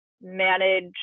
manage